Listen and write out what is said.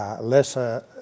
lesser